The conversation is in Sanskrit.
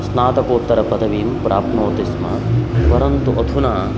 स्नातकोत्तरपदवीं प्राप्नोति स्म परन्तु अधुना